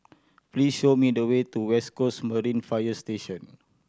please show me the way to West Coast Marine Fire Station